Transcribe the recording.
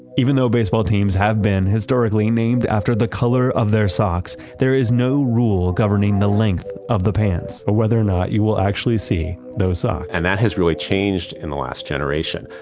even though baseball teams have been historically named after the color of their socks, there is no rule governing the length of the pants or whether or not you will actually see those socks ah and that has really changed in the last generation,